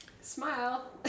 Smile